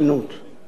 ככלל,